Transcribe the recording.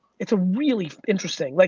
it's really interesting. like